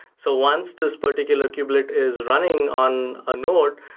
so once this particular kubelet is running on a node,